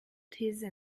these